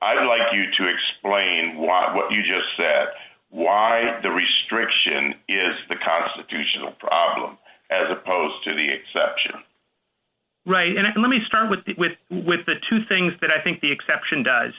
i'd like you to explain why what you just said why the restriction is the constitutional problem as opposed to the exception right and i can let me start with with with the two things that i think the exception does